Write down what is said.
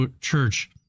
Church